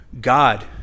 God